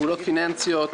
פעולות פיננסיות,